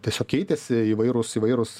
tiesiog keitėsi įvairūs įvairūs